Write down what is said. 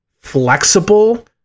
flexible